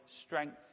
strength